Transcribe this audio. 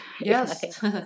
Yes